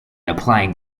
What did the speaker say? applying